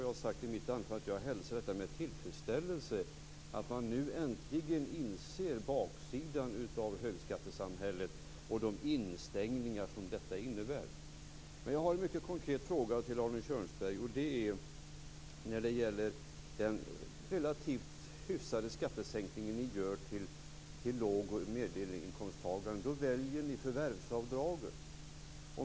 Jag har i mitt anförande sagt att jag med tillfredsställelse hälsar att regeringen äntligen inser baksidan av högskattesamhället och de instängningar som detta innebär. Jag har en mycket konkret fråga till Arne Kjörnsberg som gäller den relativt hyfsade skattesänkning som ni vill göra för låg och medelinkomsttagarna. Ni väljer då förvärvsavdraget.